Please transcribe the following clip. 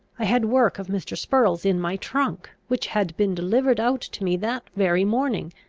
i had work of mr. spurrel's in my trunk, which had been delivered out to me that very morning,